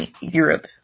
Europe